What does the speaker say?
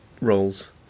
roles